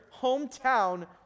hometown